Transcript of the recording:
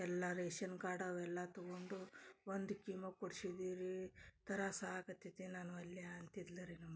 ಎಲ್ಲ ration card ಅವೆಲ್ಲ ತಗೊಂಡು ಒಂದು ಕೀಮೋ ಕೊಡ್ಸಿದ್ದೀವಿ ರೀ ತ್ರಾಸ ಆಗಕತ್ತೈತಿ ನಾನು ಅಲ್ಲಿಯ ಅಂತಿದ್ಲು ರೀ ನಮ್ಮವ್ವ